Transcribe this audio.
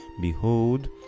Behold